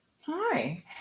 Hi